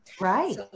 Right